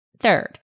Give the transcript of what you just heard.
Third